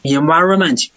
environment